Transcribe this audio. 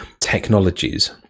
technologies